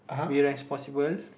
be responsible